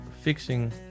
fixing